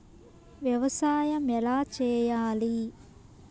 వ్యవసాయం ఎలా చేయాలి?